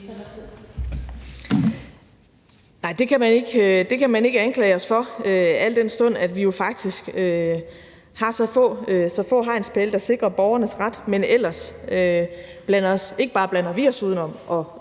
Nej, det kan man ikke anklage os for, al den stund at vi faktisk har så få hegnspæle, der sikrer borgernes ret. Men ellers blander ikke bare vi os udenom og